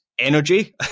Energy